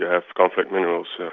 have conflict minerals, so